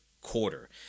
quarter